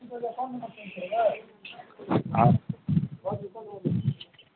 आउ